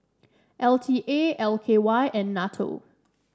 L T A L K Y and NATO